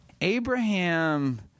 Abraham